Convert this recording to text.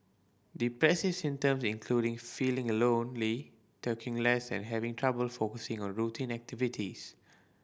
depressive symptom including feeling a lonely talking less and having trouble focusing on routine activities